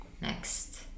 next